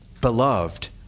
Beloved